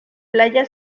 playa